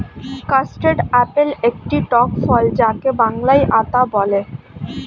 custard apple একটি টক ফল যাকে বাংলায় আতা বলে